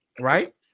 right